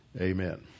Amen